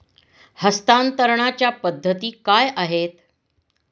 हस्तांतरणाच्या पद्धती काय आहेत?